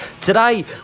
Today